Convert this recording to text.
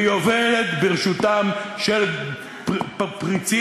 והיא עובדת בשירותם של פריצים,